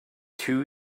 two